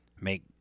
make